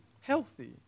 healthy